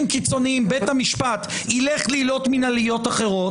קיצוניים בית המשפט ילך לעילות מינהליות אחרות.